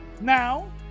Now